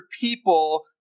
people